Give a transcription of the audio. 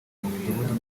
midugudu